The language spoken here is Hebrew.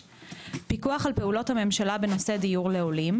פיקוח על פעולות הממשלה בנושא דיור לעולים,